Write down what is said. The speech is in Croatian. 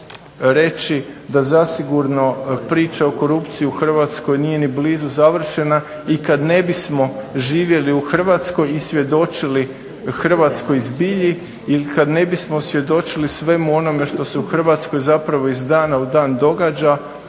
da zasigurno priča o korupciji u Hrvatskoj nije ni blizu završena i kad ne bismo živjeli u Hrvatskoj i svjedočili hrvatskoj zbilji ili kad ne bismo svjedočili svemu onome što se u Hrvatskoj zapravo iz dana u dan događa